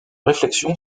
réflexion